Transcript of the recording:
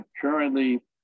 currently